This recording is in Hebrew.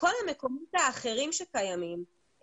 כל המקומות האחרים שקיימים,